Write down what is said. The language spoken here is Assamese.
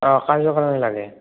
অঁ কাজৰ কাৰণে লাগে